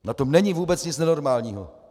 Na tom není vůbec nic nenormálního.